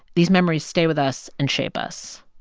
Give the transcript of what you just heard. these memories stay with us and shape us.